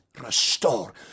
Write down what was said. restore